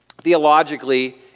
Theologically